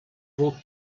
vou